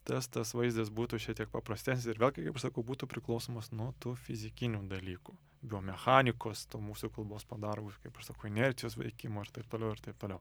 tas tas vaizdas būtų šiek tiek paprastesnis ir vėl kaip aš sakau būtų priklausomas nuo tų fizikinių dalykų biomechanikos tų mūsų kalbos padargų kaip aš sakau inercijos veikimo ir taip toliau ir taip toliau